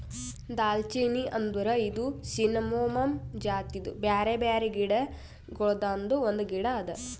ದಾಲ್ಚಿನ್ನಿ ಅಂದುರ್ ಇದು ಸಿನ್ನಮೋಮಮ್ ಜಾತಿದು ಬ್ಯಾರೆ ಬ್ಯಾರೆ ಗಿಡ ಗೊಳ್ದಾಂದು ಒಂದು ಗಿಡ ಅದಾ